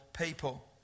people